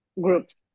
groups